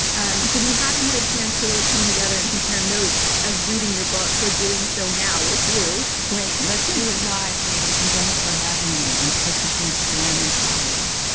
um so we haven't had a chance to really come together and compare notes of reading your book. we're doing so now with you. great. let's do it live, ladies, and thanks for having me. i'm such a huge fan and follower.